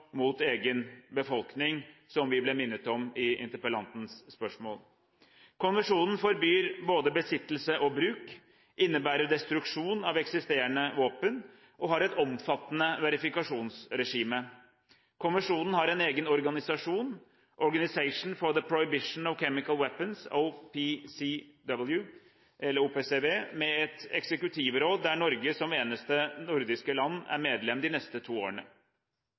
mot egen befolkning, som vi ble minnet om i interpellantens spørsmål. Konvensjonen forbyr både besittelse og bruk, innebærer destruksjon av eksisterende våpen og har et omfattende verifikasjonsregime. Konvensjonen har en egen organisasjon, Organization for the Prohibition of Chemical Weapons, OPCW, med et eksekutivråd der Norge som eneste nordiske land er medlem de neste to årene.